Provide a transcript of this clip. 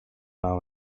now